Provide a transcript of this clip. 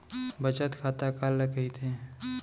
बचत खाता काला कहिथे?